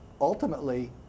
ultimately